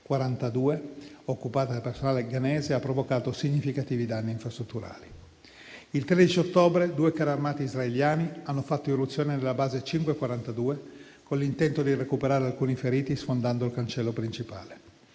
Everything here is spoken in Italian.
5-42, occupata da personale ghanese, ha provocato significativi danni infrastrutturali. Il 13 ottobre due carrarmati israeliani hanno fatto irruzione nella base 5-42, con l'intento di recuperare alcuni feriti, sfondando il cancello principale.